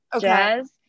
jazz